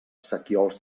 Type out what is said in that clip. sequiols